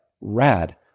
rad